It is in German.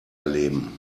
erleben